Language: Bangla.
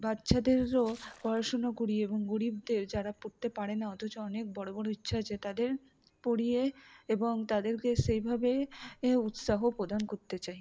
বাচ্চাদেরও পড়াশুনো করিয়ে এবং গরিবদের যারা পড়তে পারে না অথচ অনেক বড় বড় ইচ্ছা আছে তাদের পড়িয়ে এবং তাদেরকে সেইভাবে উৎসাহ প্রদান করতে চাই